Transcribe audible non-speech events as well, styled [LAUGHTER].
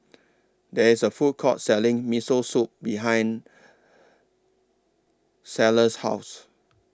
There IS A Food Court Selling Miso Soup behind [UNINTELLIGIBLE] House